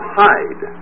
hide